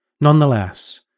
Nonetheless